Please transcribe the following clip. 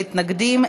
מתנגדים,